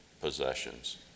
possessions